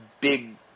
big